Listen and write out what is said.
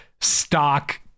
stock